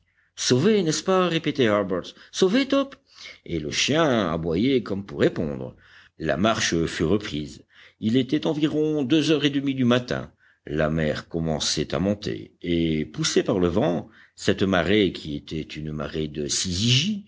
sauvé n'est-ce pas répétait harbert sauvé top et le chien aboyait comme pour répondre la marche fut reprise il était environ deux heures et demie du matin la mer commençait à monter et poussée par le vent cette marée qui était une marée de